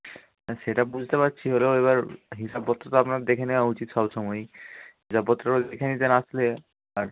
হ্যাঁ সেটা বুঝতে পারছি হলেও এবার হিসাবপত্র তো আপনার দেখে নেয়া উচিৎ সব সময়ই হিসাবপত্র দেখে নিতেন আসলে আর